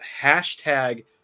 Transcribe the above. hashtag